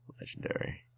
Legendary